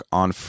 on